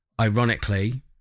ironically